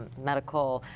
medical,